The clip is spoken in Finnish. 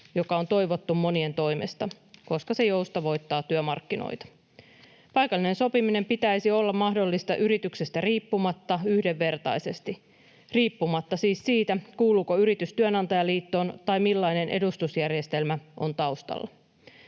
jota on toivottu monien toimesta, koska se joustavoittaa työmarkkinoita. Paikallinen sopiminen pitäisi olla mahdollista yrityksestä riippumatta yhdenvertaisesti riippumatta siis siitä, kuuluuko yritys työnantajaliittoon tai millainen edustusjärjestelmä on taustalla.